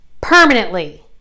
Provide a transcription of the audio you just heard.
permanently